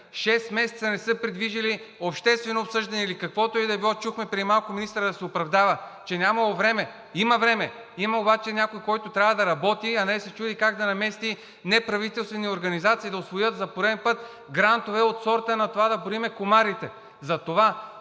месеца не са придвижили обществено обсъждане или каквото и да е било. Чухме преди малко министърът да се оправдава, че нямал време. Има време! Има обаче някой, който трябва да работи, а не да се чуди как да намести неправителствени организации да усвоят за пореден път грантове от сорта на това да броим комарите.